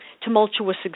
tumultuous